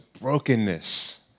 brokenness